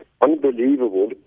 unbelievable